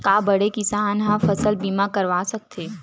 का बड़े किसान ह फसल बीमा करवा सकथे?